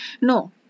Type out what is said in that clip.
No